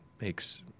makes